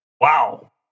Wow